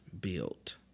built